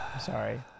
sorry